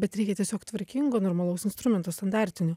bet reikia tiesiog tvarkingo normalaus instrumento standartinio